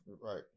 Right